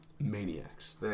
Maniacs